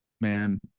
man